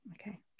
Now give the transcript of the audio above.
okay